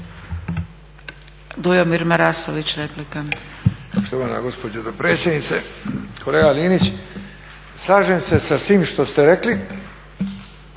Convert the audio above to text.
Dujomir Marasović, replika.